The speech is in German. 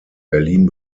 berlin